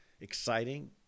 exciting